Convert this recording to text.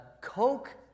Coke